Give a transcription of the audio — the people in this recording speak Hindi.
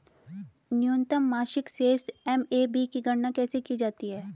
न्यूनतम मासिक शेष एम.ए.बी की गणना कैसे की जाती है?